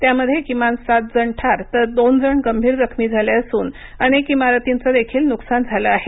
त्यामध्ये किमान सात जण ठार तर दोन जण गंभीर जखमी झाले असून अनेक इमारतींचं देखील नुकसान झालं आहे